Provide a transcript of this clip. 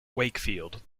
wakefield